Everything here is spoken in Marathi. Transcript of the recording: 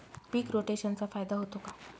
पीक रोटेशनचा फायदा होतो का?